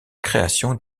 création